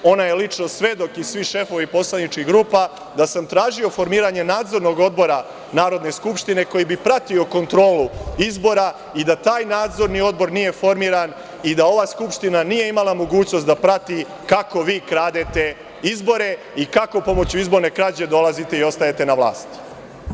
Ona je lično svedok i svi šefovi poslaničkih grupa da sam tražio formiranje nadzornog odbora Narodne skupštine koji bi pratio kontrolu izbora i da taj nadzorni odbor nije formiran i da ova skupština nije imala mogućnost da prati kako vi kradete izbore i kako pomoću izborne krađe dolazite i ostajete na vlasti.